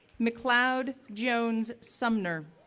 mcleod jones sumner,